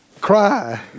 cry